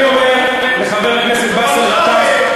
אני אומר לחבר הכנסת באסל גטאס,